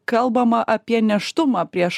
kalbama apie nėštumą prieš